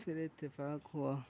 پھر اتفاق ہوا